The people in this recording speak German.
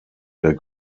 der